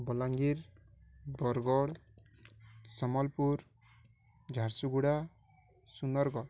Balangir Bargarh Sambalpur Jharsuguda Sundargarh